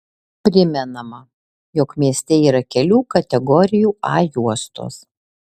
primenama jog mieste yra kelių kategorijų a juostos